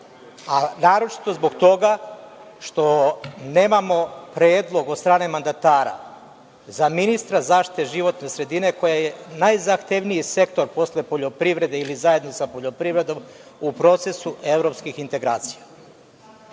a naročito zbog toga što nemamo predlog od strane mandatara za ministra zaštite životne sredine koja je najzahtevniji sektor posle poljoprivrede ili zajedno za poljoprivredom u procesu evropskih integracija. Drugo,